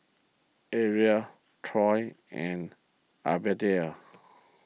Erla Toy and Abdiel